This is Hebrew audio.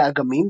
באגמים,